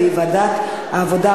שהיא ועדת העבודה,